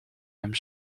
hem